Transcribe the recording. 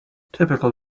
typical